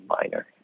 minor